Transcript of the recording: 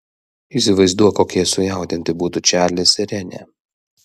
įsivaizduok kokie sujaudinti būtų čarlis ir renė